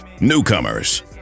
Newcomers